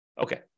Okay